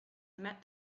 met